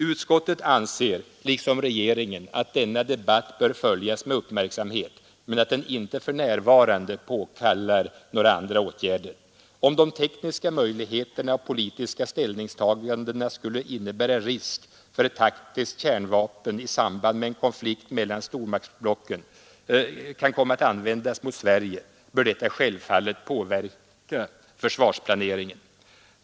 Utskottet anser liksom regeringen att denna debatt bör följas med uppmärksamhet men att den inte för närvarande påkallar några andra åtgärder. Om de tekniska möjligheterna och politiska ställningstagandena skulle innebära risk för att taktiska kärnvapen i samband med en konflikt mellan stormaktsblocken kan komma att användas mot Sverige, bör detta självfallet påverka försvarsplaneringen.